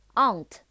aunt